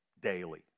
daily